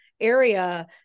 area